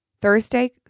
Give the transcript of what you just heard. Thursday